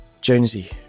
Jonesy